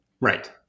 Right